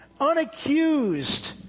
unaccused